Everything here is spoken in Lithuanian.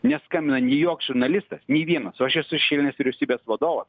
neskambina nei joks žurnalistas nei vienas o aš esu šešėlinės vyriausybės vadovas